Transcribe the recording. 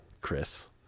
Chris